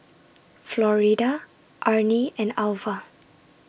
Florida Arnie and Alvah